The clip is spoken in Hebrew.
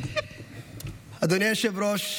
אדוני היושב-ראש,